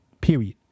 period